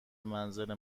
منزل